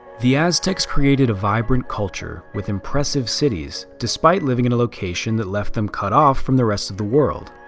the aztecs created a vibrant culture with impressive cities, despite living in a location that left them cut off from the rest of the world.